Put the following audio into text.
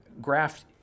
graft